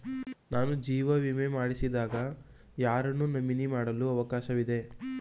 ನಾನು ಜೀವ ವಿಮೆ ಮಾಡಿಸಿದಾಗ ಯಾರನ್ನು ನಾಮಿನಿ ಮಾಡಲು ಅವಕಾಶವಿದೆ?